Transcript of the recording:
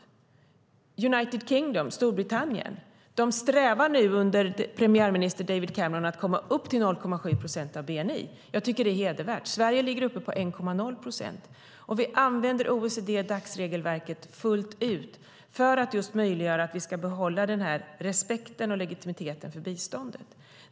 The United Kingdom, Storbritannien, strävar under premiärminister David Camerons ledning efter att komma upp till 0,7 procent av bni. Det tycker jag är hedervärt. Sverige ligger uppe på 1,0 procent. Vi använder OECD/Dac-regelverket fullt ut just för att kunna behålla respekten och legitimiteten för biståndet.